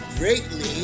greatly